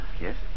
Yes